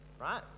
Right